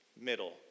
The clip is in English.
middle